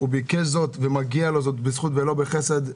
הוא ביקש זאת ומגיע לו בזכות ולא בחסד.